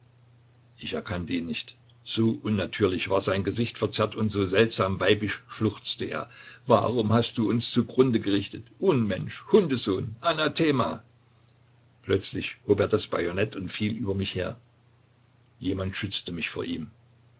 ich erkannte ihn nicht so unnatürlich war sein gesicht verzerrt und so seltsam weibisch schluchzte er warum hast du uns zugrunde gerichtet unmensch hundesohn anathema plötzlich hob er das bajonett und fiel über mich her jemand schützte mich vor ihm